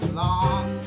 long